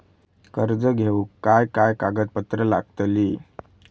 कर्ज घेऊक काय काय कागदपत्र लागतली?